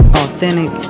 authentic